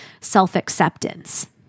self-acceptance